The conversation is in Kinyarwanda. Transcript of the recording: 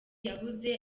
yabuze